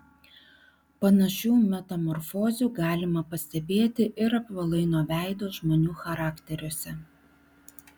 panašių metamorfozių galima pastebėti ir apvalaino veido žmonių charakteriuose